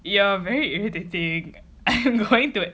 you are very irritating I am going to